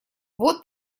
вот